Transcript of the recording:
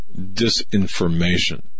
disinformation